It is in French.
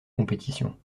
compétitions